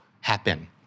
happen